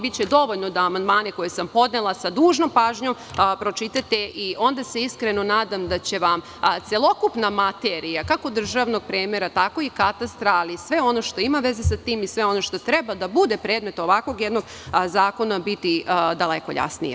Biće dovoljno da amandmane koje sam podnela sa dužnom pažnjom pročitate i onda se iskreno nadam da će vam celokupna materija kako državnog promera, tako i katastra, ali i sve ono što ima veze sa tim i sve ono što treba da bude predmet ovakvog jednog zakona biti daleko jasnije.